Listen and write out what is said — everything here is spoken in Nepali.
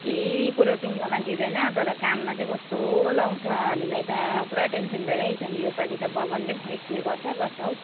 केही कुरो टुङ्गोमा दिँदैन तर काममा चाहिँ कस्तो लगाउँछ हामीलाई त पुरा टेनसन भइरहेको छ नि योपाली त बगानले पनि खै के गर्छ गर्छ हौ